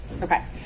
Okay